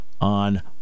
on